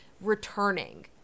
returning